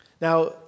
Now